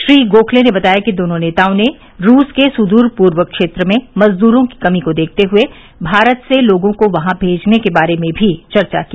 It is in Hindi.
श्री गोखले ने बताया कि दोनों नेताओं ने रूस के सुदूर पूर्व क्षेत्र में मजदूरों की कमी को देखते हुए भारत से लोगों को वहां भेजने के बारे में भी चर्चा की